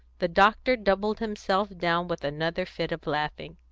the doctor doubled himself down with another fit of laughing.